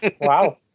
Wow